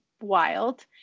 wild